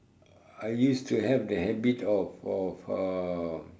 I used to have the habit of of uh